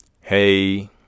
hey